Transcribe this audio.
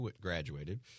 graduated